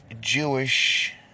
Jewish